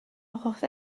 achos